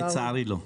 לצערי, לא.